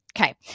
Okay